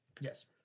Yes